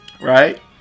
right